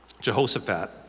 Jehoshaphat